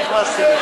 אני לא נכנסתי,